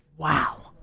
wow.